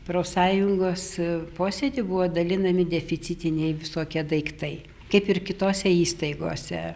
profsąjungos posėdy buvo dalinami deficitiniai visokie daiktai kaip ir kitose įstaigose